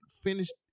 finished